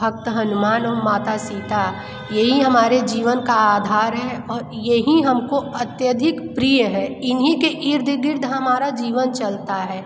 भक्त हनुमान और माता सीता यही हमारे जीवन का आधार है और यही हमको अत्यधिक प्रिय है इन्हीं के इर्द गिर्द हमारा जीवन चलता है